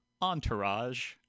Entourage